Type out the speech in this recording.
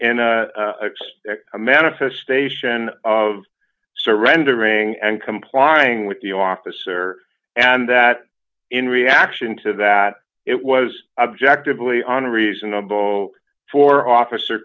and a manifestation of surrendering and complying with the officer and that in reaction to that it was objectively on a reasonable for officer